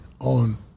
on